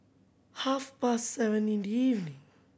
half past seven in the evening